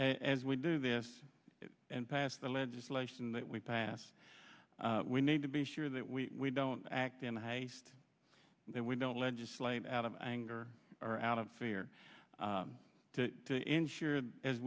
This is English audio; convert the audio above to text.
as we do this and pass the legislation that we passed we need to be sure that we don't act in haste that we don't legislate out of anger or out of fear to ensure as